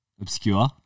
obscure